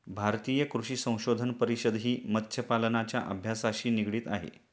भारतीय कृषी संशोधन परिषदही मत्स्यपालनाच्या अभ्यासाशी निगडित आहे